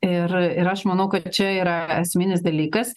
ir ir aš manau kad čia yra esminis dalykas